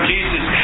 Jesus